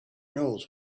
knows